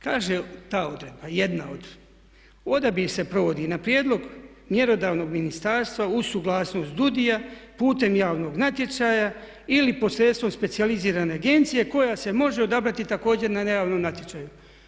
Kaže ta odredba, jedna od odabir se provodi na prijedlog mjerodavnog ministarstva uz suglasnost DUUDI-ja putem javnog natječaja ili pod sredstvom specijalizirane agencije koja se može odabrati također na … natječaju.